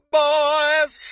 boys